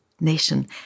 nation